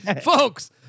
folks